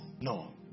no